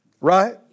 Right